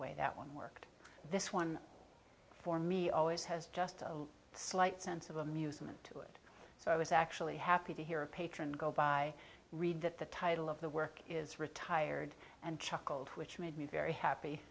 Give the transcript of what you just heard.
way that one worked this one for me always has just a slight sense of amusement to it so i was actually happy to hear a patron go by read that the title of the work is retired and chuckled which made me very happy